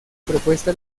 propuesta